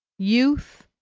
youth.